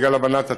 בגלל הבנת הצורך,